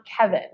Kevin